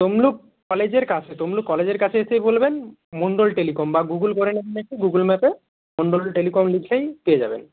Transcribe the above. তমলুক কলেজের কাছে তমলুক কলেজের কাছে এসে বলবেন মন্ডল টেলিকম বা গুগল করে নেবেন গুগল ম্যাপে মন্ডল টেলিকম লিখলেই পেয়ে যাবেন